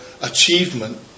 achievement